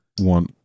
one